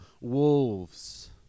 wolves